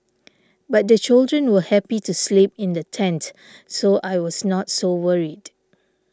but the children were happy to sleep in the tent so I was not so worried